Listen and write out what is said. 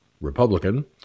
Republican